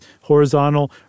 horizontal